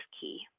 key